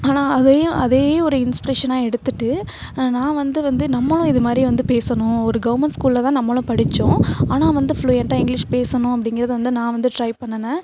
ஆனால் அதையும் அதையும் ஒரு இன்ஸ்பிரேஷனாக எடுத்துகிட்டு நான் வந்து வந்து நம்மளும் இது மாதிரி வந்து பேசணும் ஒரு கவர்மெண்ட் ஸ்கூலில் தான் நம்மளும் படித்தோம் ஆனால் வந்து ஃப்ளுயண்டாக இங்கிலீஷ் பேசணும் அப்படிங்கிறது வந்து நான் வந்து ட்ரை பண்ணுனே